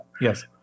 Yes